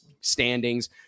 standings